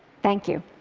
thank you.